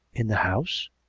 in the house.